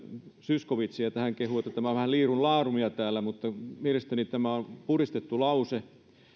zyskowicziä kun hän kehui että tämä on vähän liirumlaarumia täällä mutta mielestäni tämä on puristettu lause